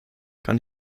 kann